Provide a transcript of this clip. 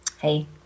hey